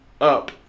up